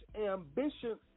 ambition